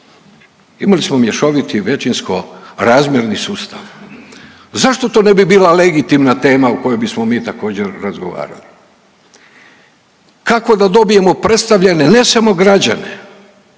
imali smo mješoviti većinsko razmjerni sustav. Zašto to ne bi bila legitimna tema o kojoj bismo mi također razgovarali, kako da dobijemo predstavljene ne samo građane